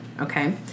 okay